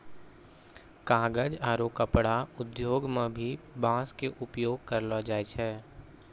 कागज आरो कपड़ा उद्योग मं भी बांस के उपयोग करलो जाय छै